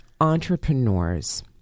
entrepreneurs